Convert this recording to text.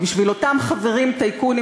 בשביל אותם חברים טייקונים,